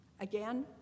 Again